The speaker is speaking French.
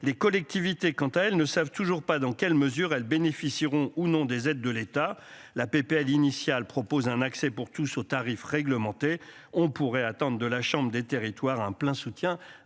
des collectivités, quant à elles, ne savent toujours pas dans quelle mesure elles bénéficieront ou non des aides de l'État. La PPL initiale propose un accès pour tous aux tarifs réglementés. On pourrait attendre de la chambre des territoires un plein soutien